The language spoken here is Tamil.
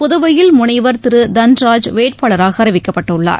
புதுவையில் முனைவர் திரு தன்ராஜ் வேட்பாளராக அறிவிக்கப்பட்டுள்ளார்